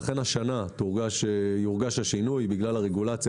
לכן השנה יורגש השינוי בגלל הרגולציה